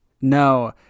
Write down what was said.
No